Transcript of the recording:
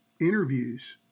interviews